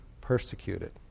persecuted